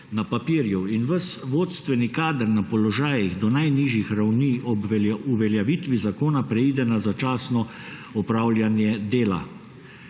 na papirju in ves vodstveni kader na položajih do najnižjih ravni ob uveljavitvi zakona preide na začasno opravljanje dela.